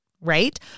right